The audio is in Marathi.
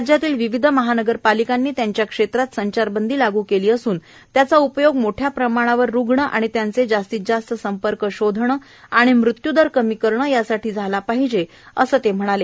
राज्यातल्या विविध महानगरपालिकांनी त्यांच्या क्षेत्रात संचारबंदी लागू केली असून त्याचा उपयोग मोठ्या प्रमाणावर रुग्ण आणि त्यांचे जास्तीत जास्त संपर्क शोधणं आणि मृत्यूदर कमी करणं यासाठी झाला पाहिजे असं ते म्हणाले